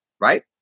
right